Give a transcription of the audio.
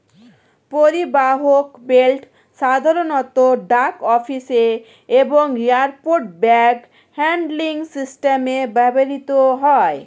পরিবাহক বেল্ট সাধারণত ডাক অফিসে এবং এয়ারপোর্ট ব্যাগ হ্যান্ডলিং সিস্টেমে ব্যবহৃত হয়